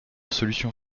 solution